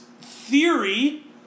theory